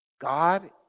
god